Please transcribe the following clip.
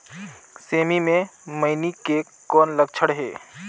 सेमी मे मईनी के कौन लक्षण हे?